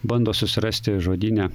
bando susirasti žodyne